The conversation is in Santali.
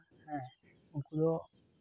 ᱩᱱᱠᱩ ᱫᱚ